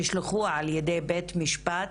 שנשלחו על ידי בית משפט